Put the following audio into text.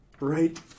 right